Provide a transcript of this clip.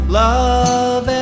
love